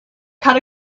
cut